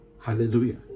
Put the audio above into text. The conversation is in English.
Hallelujah